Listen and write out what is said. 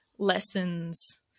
lessons